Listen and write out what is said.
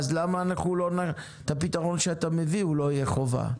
אז למה הפתרון שאתה מביא לא יהיה חובה?